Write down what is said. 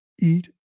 eat